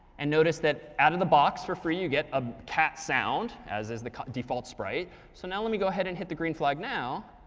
and notice that out of the box for free you get a cat sound, as is the default sprite. so now let me go ahead and hit the green flag now.